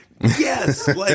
yes